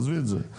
עזבי את זה.